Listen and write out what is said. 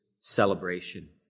celebration